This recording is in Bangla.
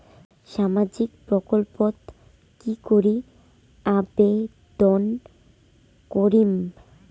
সামাজিক প্রকল্পত কি করি আবেদন করিম?